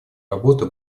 работа